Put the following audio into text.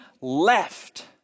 left